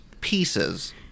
Pieces